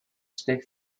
stick